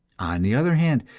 on the other hand,